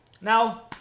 Now